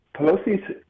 Pelosi's